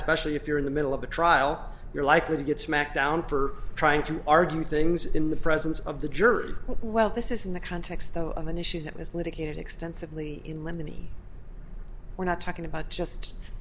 especially if you're in the middle of a trial you're likely to get smacked down for trying to argue things in the presence of the jury well this is in the context of an issue that was litigated extensively in lemony we're not talking about just